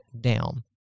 down